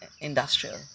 industrial